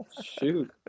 Shoot